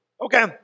Okay